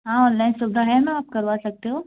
online सुविधा है ma'am आप करवा सकते हो